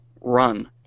run